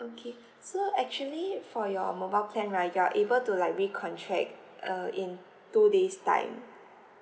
okay so actually for your mobile plan right you are able to like recontract uh in two days time